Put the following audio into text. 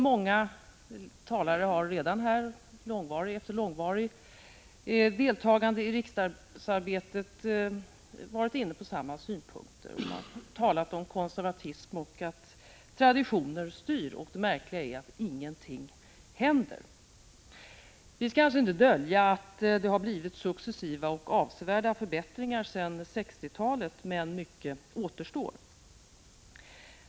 Många talare har redan, efter långvarigt deltagande i riksdagsarbetet, varit inne på samma synpunkter. Man har talat om konservatism och om att traditioner styr. Och det märkliga är att ingenting händer. Vi skall alls inte dölja att det har blivit successiva och avsevärda förbättringar sedan 1960-talet, men mycket återstår.